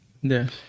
yes